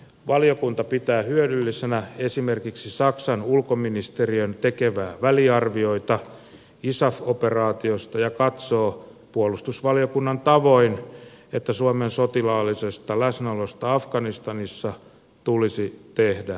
valiokunta pitää hyödyllisenä esimerkiksi saksan ulkoministeriön tekemiä väliarvioita isaf operaatiosta ja katsoo puolustusvaliokunnan tavoin että suomen sotilaallisesta läsnäolosta afganistanissa tulisi tehdä arvio